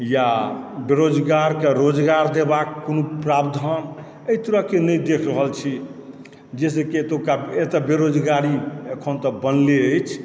या बेरोजगारके रोजगार देबाक कोनो प्रावधान एहि तरहकेँ नहि देखि रहल छी जाहिसँ कि एतुका एतऽके बेरोजगारी एखन तऽ बनले अछि